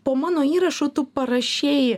po mano įrašu tu parašei